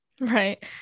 right